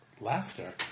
laughter